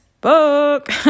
book